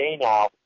now